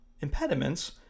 impediments